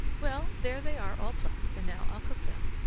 well, there they are all plucked, and now i'll cook them.